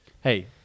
Hey